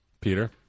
Peter